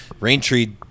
Raintree